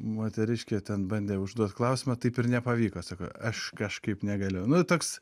moteriškė ten bandė užduot klausimą taip ir nepavyko sako aš kažkaip negaliu nu toks